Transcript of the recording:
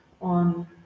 on